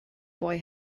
boy